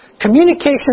Communication